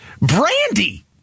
Brandy